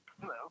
Hello